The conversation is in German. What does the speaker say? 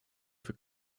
für